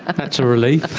ah that's a relief.